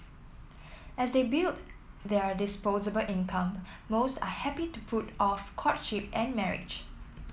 as they build their disposable income most are happy to put off courtship and marriage